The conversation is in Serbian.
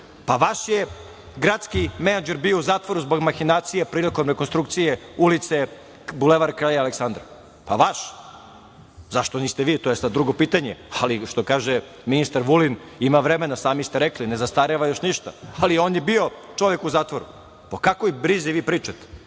je gradski menadžer bio u zatvoru zbog mahinacija prilikom rekonstrukcije ulice Bulevar kralja Aleksandra. Zašto niste vi, to je sad drugo pitanje, ali što kaže ministar Vulin, ima vremena, sami ste rekli, ne zastareva još ništa. Ali, on je bio u zatvoru. O kakvoj brizi vi pričate? Za